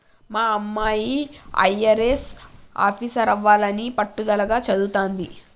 మా అమ్మాయి అయ్యారెస్ ఆఫీసరవ్వాలని పట్టుదలగా చదవతాంది